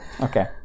Okay